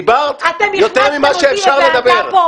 דיברת יותר ממה שאפשר לדבר.